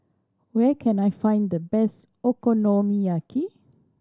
where can I find the best Okonomiyaki